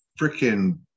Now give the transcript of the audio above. freaking